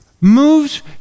moves